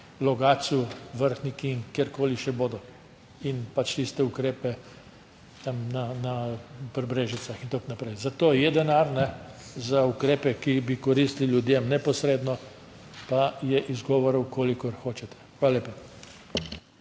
Logatcu, Vrhniki in kjerkoli še bodo in pač tiste ukrepe tam pri Brežicah in tako naprej. Za to je denar, za ukrepe, ki bi koristili ljudem neposredno pa je izgovorov kolikor hočete. Hvala lepa.